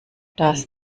das